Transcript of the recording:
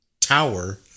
Tower